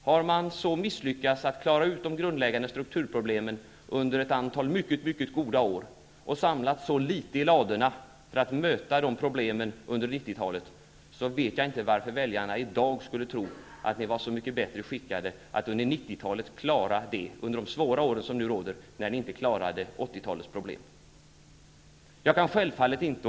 Har man så misslyckats att klara de grundläggande strukturproblemen under ett antal mycket goda år på 80-talet och samlat så litet i ladorna för att möta de problemen under 90-talet, vet jag inte varför väljarna i dag skulle tro att ni är så mycket bättre skickade att klara det under de svåra år som nu råder.